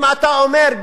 אם אתה אומר,